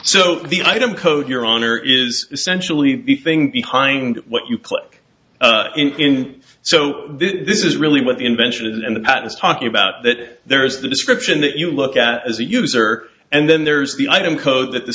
so the item code your honor is essentially the thing behind what you click in so this is really what the invention and that is talking about that there is the description that you look at as a user and then there's the item code that the